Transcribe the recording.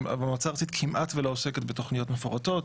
היא כמעט שלא עוסקת בתוכניות מפורטות,